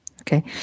Okay